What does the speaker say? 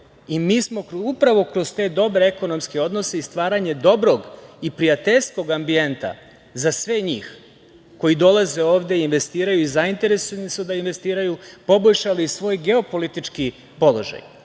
smo, upravo kroz te dobre ekonomske odnose, stvaranje dobrog i prijateljskog ambijenta za sve njih koji dolaze ovde, investiraju i zainteresovani su da investiraju, poboljšali svoj geopolitički položaj. Isti